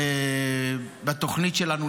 תמריץ.